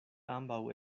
ambaŭ